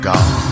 God